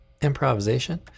improvisation